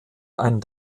ein